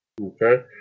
Okay